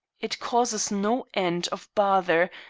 it causes no end of bother,